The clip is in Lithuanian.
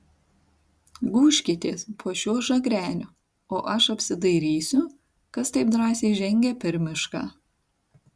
gūžkitės po šiuo žagreniu o aš apsidairysiu kas taip drąsiai žengia per mišką